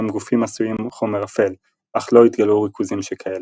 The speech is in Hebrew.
גופים עשויים חומר אפל - אך לא התגלו ריכוזים שכאלה.